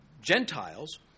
Gentiles